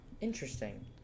Interesting